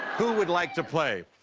who would like to play?